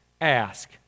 ask